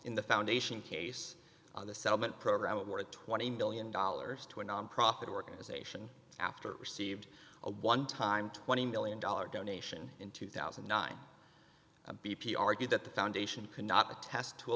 in the foundation case on the settlement program it worth twenty million dollars to a nonprofit organization after received a one time twenty million dollars donation in two thousand and nine b p argued that the foundation cannot attest to a